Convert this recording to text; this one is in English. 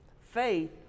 Faith